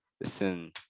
listen